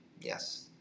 yes